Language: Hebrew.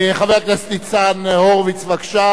חבר הכנסת ניצן הורוביץ, בבקשה,